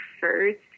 first